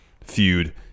feud